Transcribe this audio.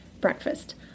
breakfast